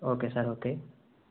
okay sir okay